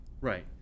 Right